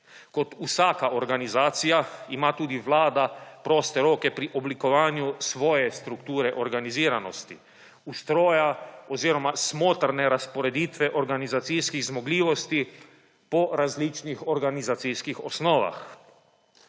Kot vsaka organizacija ima tudi Vlada proste roke pri oblikovanju svoje strukture organiziranosti, ustroja oziroma smotrne razporeditve organizacijskih zmogljivosti po različnih organizacijskih osnovah.